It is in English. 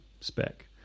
spec